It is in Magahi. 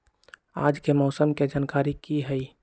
आज के मौसम के जानकारी कि हई?